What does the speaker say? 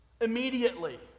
Immediately